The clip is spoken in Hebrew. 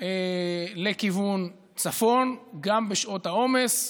לכיוון צפון, גם בשעות העומס.